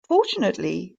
fortunately